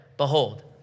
Behold